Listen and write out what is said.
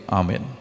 amen